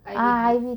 I_V drip